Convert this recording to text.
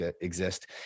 exist